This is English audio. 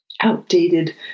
outdated